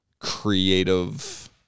creative